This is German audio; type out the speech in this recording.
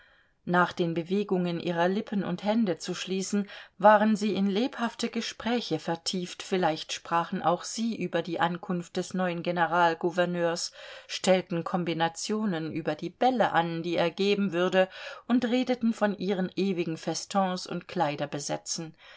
nach den bewegungen ihrer lippen und hände zu schließen waren sie in lebhafte gespräche vertieft vielleicht sprachen auch sie über die ankunft des neuen generalgouverneurs stellten kombinationen über die bälle an die er geben würde und redeten von ihren ewigen festons und